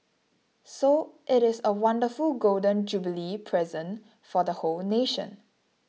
so it is a wonderful Golden Jubilee present for the whole nation